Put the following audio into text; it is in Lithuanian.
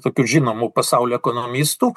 tokiu žinomu pasaulio ekonomistų